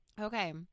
Okay